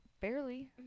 Barely